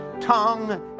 tongue